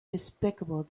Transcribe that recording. despicable